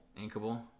inkable